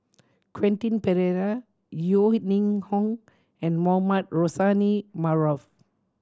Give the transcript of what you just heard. Quentin Pereira Yeo Ning Hong and Mohamed Rozani Maarof